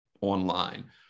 online